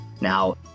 Now